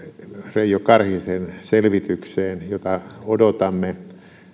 reijo karhisen selvitykseen jota odotamme